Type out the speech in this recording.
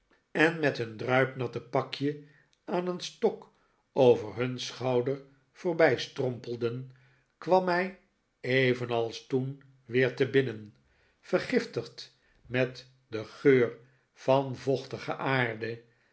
en met hun druipnatte pakje aan een stok over hun schouder voorbijstrompelden kwam mij evenals toen weer te binnen vergiftigd met den geur van vochtige aarde